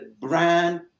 brand